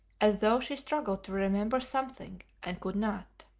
as though she struggled to remember something and could not.